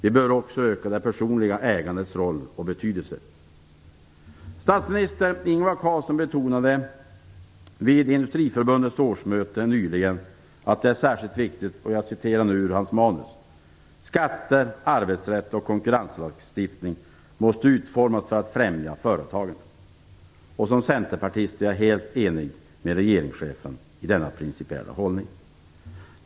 Vi behöver också öka det personliga ägandets roll och betydelse. Statsminister Ingvar Carlsson betonade vid Industriförbundets årsmöte nyligen att det är särskilt viktigt, och jag citerar nu ur hans manus, att "Skatter, arbetsrätt och konkurrenslagstiftning måste utformas för att främja företagandet". Som centerpartist är jag helt enig med regeringschefen om denna principiella hållning.